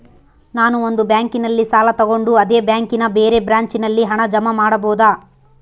ನಾನು ಒಂದು ಬ್ಯಾಂಕಿನಲ್ಲಿ ಸಾಲ ತಗೊಂಡು ಅದೇ ಬ್ಯಾಂಕಿನ ಬೇರೆ ಬ್ರಾಂಚಿನಲ್ಲಿ ಹಣ ಜಮಾ ಮಾಡಬೋದ?